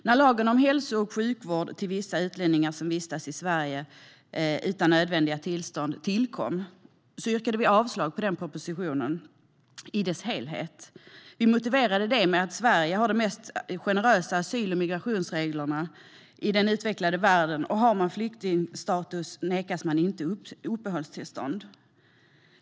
När lagen om hälso och sjukvård till vissa utlänningar som vistas i Sverige utan nödvändiga tillstånd tillkom yrkade vi avslag på den propositionen i dess helhet. Vi motiverade det med att Sverige har de mest generösa asyl och migrationsreglerna i den utvecklade världen, och har man flyktingstatus nekas man inte uppehållstillstånd.